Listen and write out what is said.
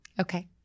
Okay